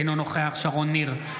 אינו נוכח שרון ניר,